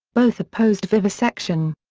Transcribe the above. both opposed vivisection.